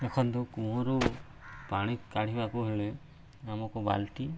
ଦେଖନ୍ତୁ କୂଅରୁ ପାଣି କାଢ଼ିବାକୁ ହେଲେ ଆମକୁ ବାଲ୍ଟି